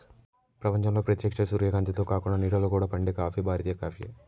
ప్రపంచంలో ప్రేత్యక్ష సూర్యకాంతిలో కాకుండ నీడలో కూడా పండే కాఫీ భారతీయ కాఫీయే